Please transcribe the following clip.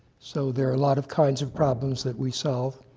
so there are a lot of kinds of problems that we solve,